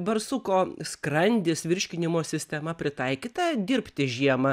barsuko skrandis virškinimo sistema pritaikyta dirbti žiemą